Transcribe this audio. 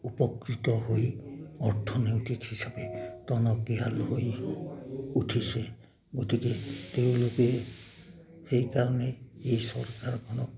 উপকৃত হৈ অৰ্থনৈতিক হিচাপে টনকিয়াক হৈ উঠিছে গতিকে তেওঁলোকে সেইকাৰণে এই চৰকাৰখনক